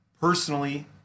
personally